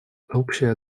общая